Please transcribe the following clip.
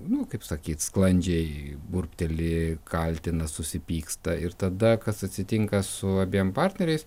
nu kaip sakyt sklandžiai burbteli kaltina susipyksta ir tada kas atsitinka su abiem partneriais